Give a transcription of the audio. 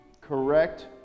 correct